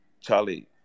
Charlie